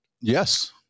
Yes